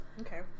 Okay